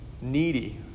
needy